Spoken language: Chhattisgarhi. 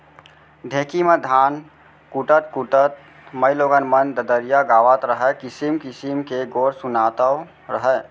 ढेंकी म धान कूटत कूटत माइलोगन मन ददरिया गावत रहयँ, किसिम किसिम के गोठ सुनातव रहयँ